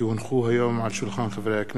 כי הונחו על היום על שולחן הכנסת,